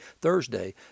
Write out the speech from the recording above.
Thursday